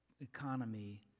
economy